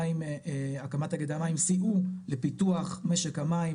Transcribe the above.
שהקמת תאגידי המים סייעו לפיתוח משק המים,